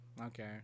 okay